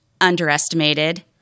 underestimated